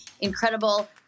incredible